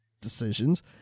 decisions